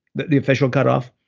the the official cutoff.